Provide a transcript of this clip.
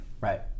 Right